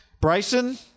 Bryson